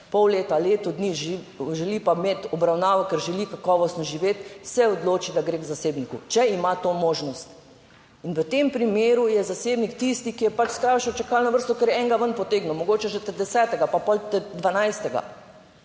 Pol leta, leto dni, želi pa imeti obravnavo. Ker želi kakovostno živeti, se odloči, da gre k zasebniku, če ima to možnost. In v tem primeru je zasebnik tisti, ki je pač skrajšal čakalno vrsto, ker je enega ven potegnil. Mogoče že desetega, pa pol dvanajstega,